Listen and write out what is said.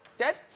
dead?